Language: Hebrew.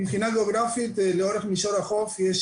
מבחינה גיאוגרפית לאורך מישור החוף יש